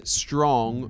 strong